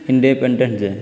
independence day